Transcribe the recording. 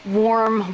warm